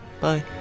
Bye